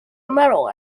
medal